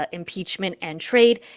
ah impeachment and trade.